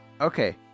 okay